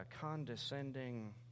condescending